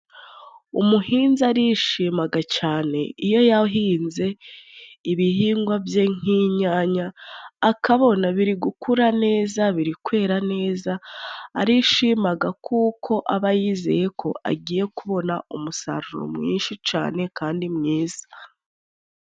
Umuhinzi arishimaga cane iyo yahinze ibihingwa bye nk'inyanya akabona biri gukura neza ,biri kwera neza arishimaga kuko aba yizeyeko agiye kubona umusaruro mwinshi cane kandi mwiza.